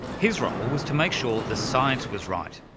his role was to make sure the science was right.